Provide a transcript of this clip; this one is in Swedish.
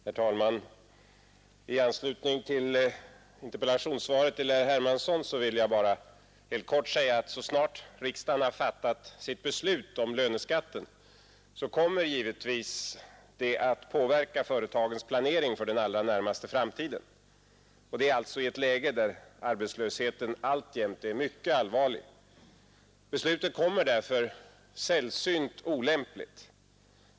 Herr talman! I anslutning till interpellationssvaret till herr Hermansson vill jag bara helt kort säga, att så snart riksdagen har fattat sitt beslut om löneskatten, kommer detta givetvis att påverka företagens planering för den allra närmaste framtiden. Det sker alltså i ett läge, där arbetslösheten alltjämt är mycket allvarlig. Beslutet kommer därför sällsynt olämpligt.